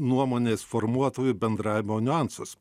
nuomonės formuotojų bendravimo niuansus